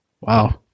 Wow